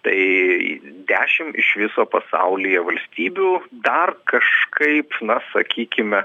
tai dešim iš viso pasaulyje valstybių dar kažkaip na sakykime